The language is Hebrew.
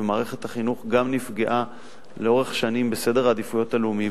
ומערכת החינוך נפגעה לאורך שנים בסדר העדיפויות הלאומי,